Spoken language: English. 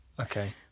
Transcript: Okay